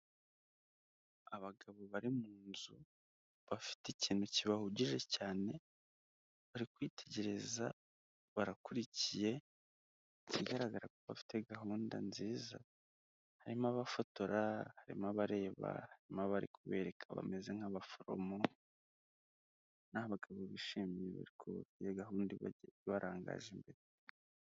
Abagabo bari mu nzu bafite ikintu kibahugije cyane bari kwitegereza barakurikiye ikigaragara ko bafite gahunda nziza harimo abafotora ,harimo abareba ,harimo abari kubereka bameze nk'abaforomo n’abagabo bishimiye yuko iyo gahunda ibarangaje imbere.